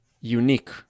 unique